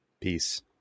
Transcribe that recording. Peace